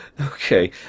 Okay